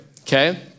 okay